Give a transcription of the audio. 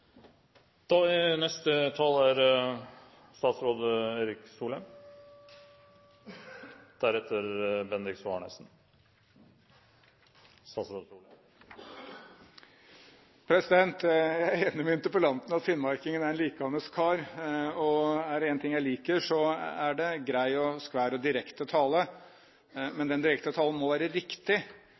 Jeg er enig med interpellanten i at finnmarkingen er en likandes kar, og er det én ting jeg liker, er det grei, skvær og direkte tale. Men den direkte talen må være riktig.